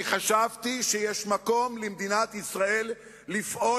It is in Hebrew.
אני חשבתי שיש מקום במדינת ישראל לפעול